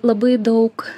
labai daug